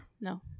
No